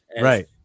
Right